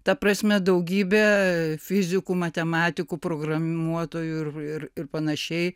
ta prasme daugybė fizikų matematikų programuotojų ir ir panašiai